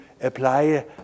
apply